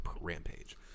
rampage